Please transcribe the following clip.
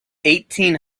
eighteen